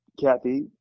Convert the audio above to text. Kathy